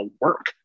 work